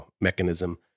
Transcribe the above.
mechanism